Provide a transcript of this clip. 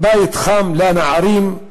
"בית חם" לנערים,